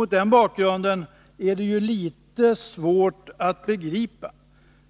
Mot den bakgrunden är det litet svårt att begripa